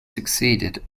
succeeded